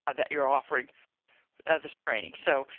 that you're offering at the spring. so,